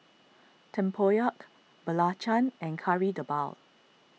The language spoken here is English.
Tempoyak Belacan and Kari Debal